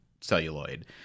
celluloid